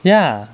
ya